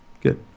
good